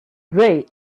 grey